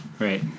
Right